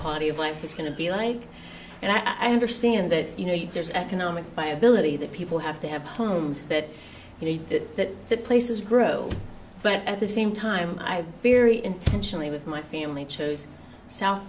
quality of life is going to be like and i understand that you know there's economic viability that people have to have homes that you need that the places grow but at the same time i very intentionally with my family chose south